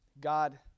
God